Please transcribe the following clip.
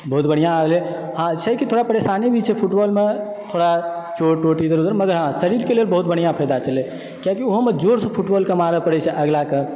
बहुत बढ़िआँ भेलइ हँ छै कि थोड़ा परेशानी भी छै फुटबालमे थोड़ा चोट वोट इधर उधर मतलब शरीरके लेल बहुत बढ़िआँ फायदा छलय किआकि ओहोमे जोरसँ फुटबॉलकऽ मारय पड़ैत छै अगिलाके